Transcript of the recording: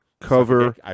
cover